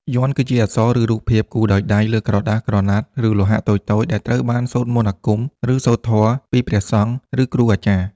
យ័ន្តគឺជាអក្សរ ឬរូបភាពគូរដោយដៃលើក្រដាស ក្រណាត់ ឬលោហៈតូចៗ ដែលត្រូវបានសូត្រមន្តអាគម ឬសូត្រធម៌ពីព្រះសង្ឃ ឬគ្រូអាចារ្យ។